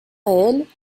réels